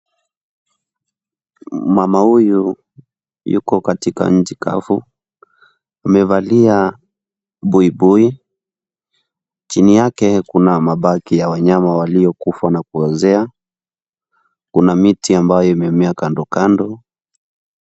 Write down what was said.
Mama huyu yuko katika nchi kavu, amevalia buibui, chini yake kuna mabaki ya wanyama waliokufa na kuozea, kuna miti ambayo imemea kandokando.